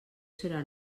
serà